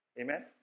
Amen